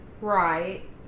Right